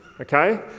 Okay